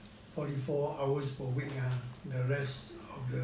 forty four hours per week ah the rest of the